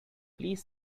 please